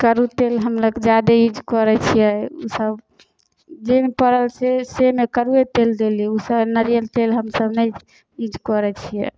कड़ु तेल हमलोक जादे यूज करै छिए सभ जाहिमे पड़ल ओहिमे कड़ुए तेल देली ओ सबमे नरिअर तेल हमसभ नहि यूज करै छिए